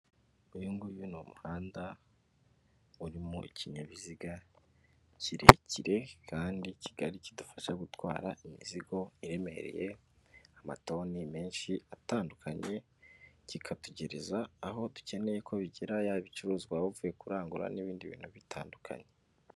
Uyu nguyu ni umuhanda urimo kinyabiziga kirekire kandi kigari kidufasha gutwara imizigo iremereye amatoni menshi atandukanye, kikatugereza aho dukeneye ko bigera yaba bicuruzwa waba uvuye kurangura n'ibindi bintu bitandukanye.